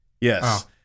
Yes